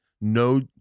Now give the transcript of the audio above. no